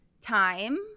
time